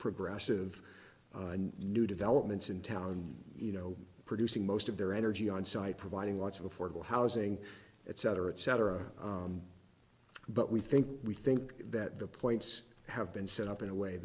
progressive new developments in town you know producing most of their energy on site providing lots of affordable housing etc etc but we think we think that the points have been set up in a way